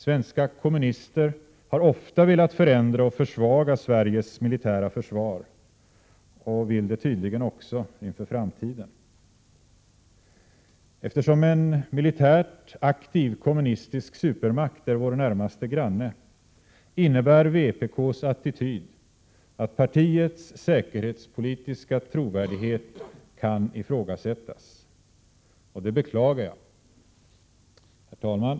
Svenska kommunister har ofta velat förändra och försvaga Sveriges militära försvar, och vill tydligen göra det också för framtiden. Eftersom en militärt aktiv kommunistisk supermakt är vår närmaste granne, innebär vpk:s attityd att partiets säkerhetspolitiska trovärdighet kan ifrågasättas. Det beklagar jag. Herr talman!